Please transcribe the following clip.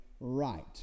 right